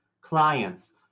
clients